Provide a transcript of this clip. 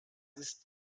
ist